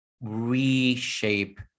reshape